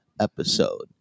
episode